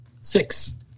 Six